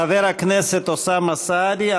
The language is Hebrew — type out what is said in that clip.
חבר הכנסת אוסאמה סעדי,